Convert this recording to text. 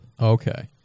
Okay